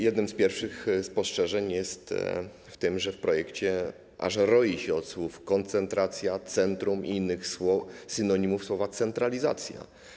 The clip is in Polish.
Jednym z pierwszych spostrzeżeń jest to, że w projekcie aż roi się od słów „koncentracja”, „centrum” i innych synonimów słowa „centralizacja”